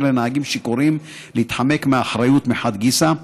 לנהגים שיכורים להתחמק מאחריות מחד גיסא,